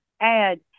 add